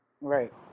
right